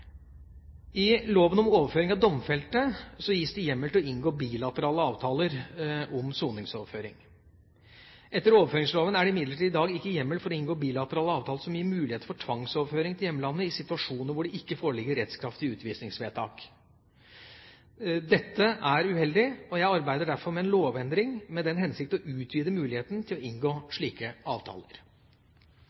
I lov om overføring av domfelte gis det hjemmel til å inngå bilaterale avtaler om soningsoverføring. Etter overføringsloven er det imidlertid i dag ikke hjemmel for å inngå bilaterale avtaler som gir muligheter for tvangsoverføring til hjemlandet i situasjoner hvor det ikke foreligger rettskraftig utvisningsvedtak. Dette er uheldig, og jeg arbeider derfor med en lovendring med den hensikt å utvide muligheten til å inngå slike avtaler.